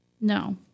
No